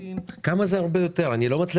כמה זה הרבה יותר חברות?